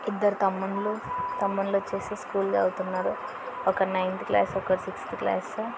ఇద్దరు తమ్ముళ్ళు తమ్ముళ్ళు వచ్చి స్కూల్ చదువుతున్నారు ఒకడు నైన్త్ క్లాస్ ఒకరు సిక్స్త్ క్లాస్